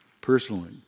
personally